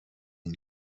این